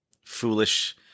foolish